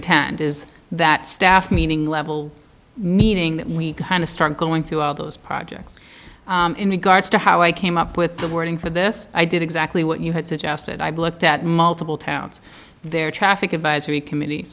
attend is that staff meaning level meaning that we start going through all those projects in regards to how i came up with the wording for this i did exactly what you had suggested i've looked at multiple towns their traffic advisory committee